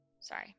sorry